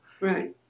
Right